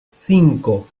cinco